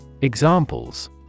Examples